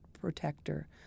protector